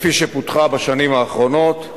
כפי שפותחה בשנים האחרונות,